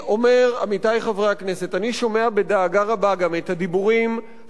אני שומע בדאגה רבה גם את הדיבורים המופקרים וחסרי האחריות,